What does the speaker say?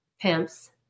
pimps